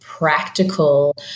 Practical